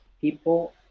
people